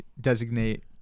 designate